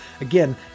again